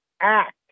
act